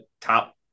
top